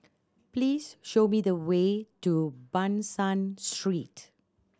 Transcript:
please show me the way to Ban San Street